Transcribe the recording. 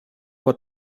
for